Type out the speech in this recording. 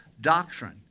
doctrine